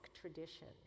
tradition